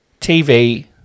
TV